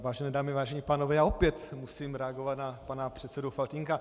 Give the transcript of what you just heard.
Vážené dámy, vážení pánové, já opět musím reagovat na pana předsedu Faltýnka.